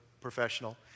professional